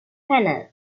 panel